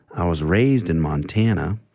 i was raised in montana.